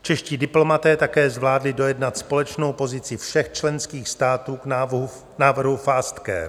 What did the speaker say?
Čeští diplomaté také zvládli dojednat společnou pozici všech členských států k návrhu FASTCARE.